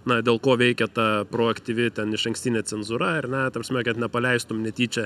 na dėl ko veikia ta proaktyvi ten išankstinė cenzūra ar ne ta prasme kad nepaleistum netyčia